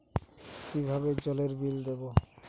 কিভাবে জলের বিল দেবো?